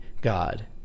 god